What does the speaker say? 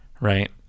right